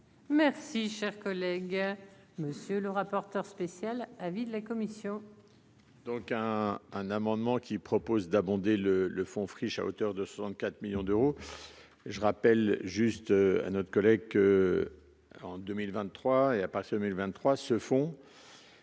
Merci, cher collègue, monsieur le rapporteur spécial à vide, la commission. Donc un, un amendement qui propose d'abonder le le Fonds friche à hauteur de 64 millions d'euros je rappelle juste à notre collègue en 2023 et a passionné